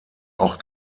auch